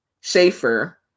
Schaefer